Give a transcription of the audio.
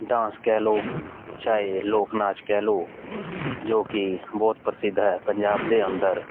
dance ਕਹਿ ਲਓ ਚਾਹੇ ਲੋਕ ਨਾਚ ਕਹਿ ਲਓ ਜੋ ਕਿ ਬਹੁਤ ਪ੍ਰਸਿੱਧ ਹੈ ਪੰਜਾਬ ਦੇ ਅੰਦਰ